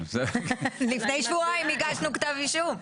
'לפני שבועיים הגשנו כתב אישום'.